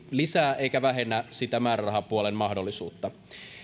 lisää eivätkä vähennä sitä määrärahapuolen mahdollisuutta